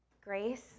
grace